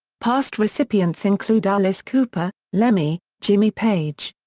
past recipients include alice cooper, lemmy, jimmy page.